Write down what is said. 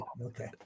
Okay